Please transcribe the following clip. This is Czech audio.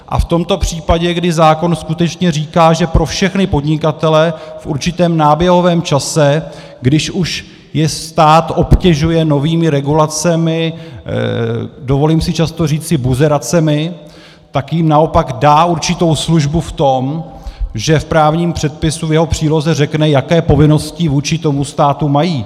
A v tomto případě, kdy zákon skutečně říká, že pro všechny podnikatele v určitém náběhovém čase, když už je stát obtěžuje novými regulacemi, dovolím si často říci buzeracemi, tak jim naopak dá určitou službu v tom, že v právním předpisu, v jeho příloze řekne, jaké povinnosti vůči tomu státu mají.